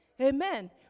Amen